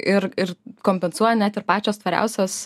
ir ir kompensuoja net ir pačios tvariausios